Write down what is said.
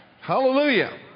Hallelujah